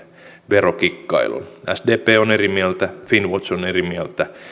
verokikkailun sdp on eri mieltä finnwatch on eri mieltä